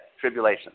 tribulation